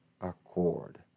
accord